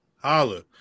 holla